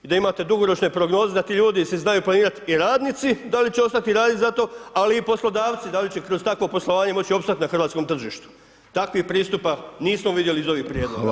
I da imate dugoročne prognoze da ti ljudi si znaju planirat i radnici da li će ostati raditi za tog ali i poslodavci da li će kroz takvo poslovanje moći opstat na hrvatskom tržištu, takvih pristupa nismo vidjeli iz ovih prijedloga.